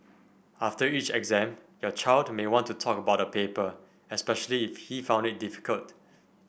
after each exam your child may want to talk about the paper especially if he found it difficult